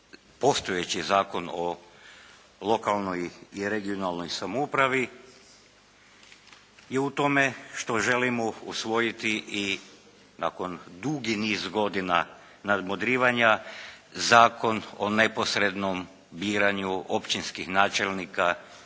postojeći Zakon o lokalnoj i regionalnoj samoupravi je u tome što želimo usvojiti i nakon dugi niz godina nadmudrivanja Zakon o neposrednom biranju općinskih načelnika,